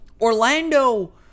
Orlando